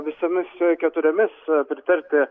visomis keturiomis pritarti